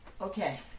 Okay